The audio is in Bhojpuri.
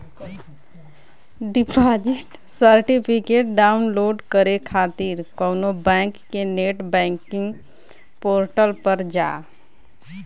डिपॉजिट सर्टिफिकेट डाउनलोड करे खातिर कउनो बैंक के नेट बैंकिंग पोर्टल पर जा